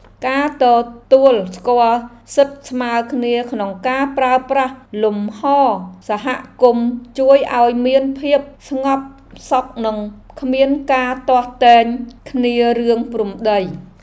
ការទទួលស្គាល់សិទ្ធិស្មើគ្នាក្នុងការប្រើប្រាស់លំហសហគមន៍ជួយឱ្យមានភាពស្ងប់សុខនិងគ្មានការទាស់ទែងគ្នារឿងព្រំដី។